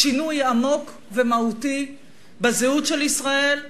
שינוי עמוק ומהותי בזהות של ישראל,